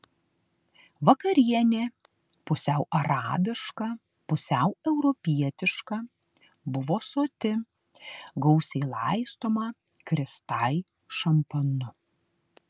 vakarienė pusiau arabiška pusiau europietiška buvo soti gausiai laistoma kristai šampanu